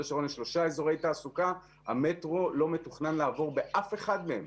השרון יש שלושה אזורי תעסוקה שהמטרו לא מתוכנן לעבור באף אחד מהם.